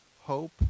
hope